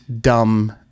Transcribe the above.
dumb